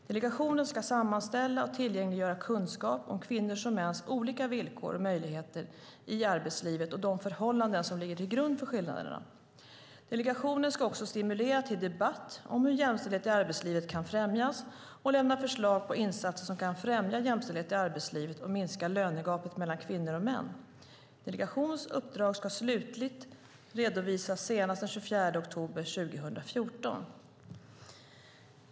Delegationen ska sammanställa och tillgängliggöra kunskap om kvinnors och mäns olika villkor och möjligheter i arbetslivet och de förhållanden som ligger till grund för skillnaderna. Delegationen ska också stimulera till debatt om hur jämställdhet i arbetslivet kan främjas och lämna förslag på insatser som kan främja jämställdhet i arbetslivet och minska lönegapet mellan kvinnor och män. Delegationens uppdrag ska slutligt redovisas senast den 24 oktober 2014.